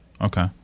Okay